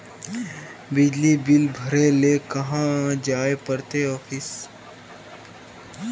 बिजली बिल भरे ले कहाँ जाय पड़ते ऑफिस?